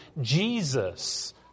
Jesus